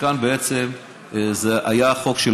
וכאן בעצם היה החוק של